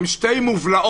עם שתי מובלעות,